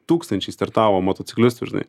tūkstančiai startavo motociklistų žinai